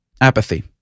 apathy